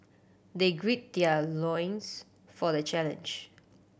they grid their loins for the challenge